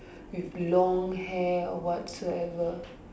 with long hair or whatsoever